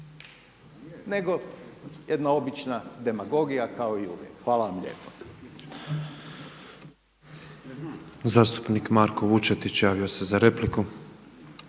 nego jedna obična demagogija kao i uvijek. Hvala vam lijepo.